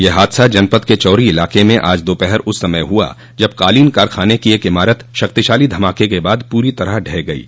यह हादसा जनपद के चौरी इलाके में आज दोपहर उस समय हुआ जब कालीन कारखाने की एक इमारत शक्तिशाली धमाके के बाद पूरी तरह ढह गयी